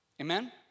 Amen